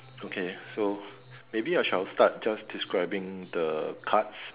okay so maybe I shall start just describing the cards